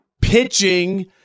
pitching